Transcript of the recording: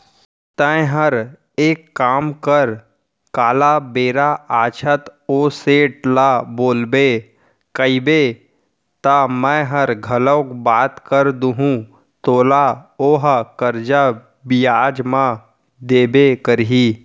तैंहर एक काम कर काल बेरा आछत ओ सेठ ल बोलबे कइबे त मैंहर घलौ बात कर दूहूं तोला ओहा करजा बियाज म देबे करही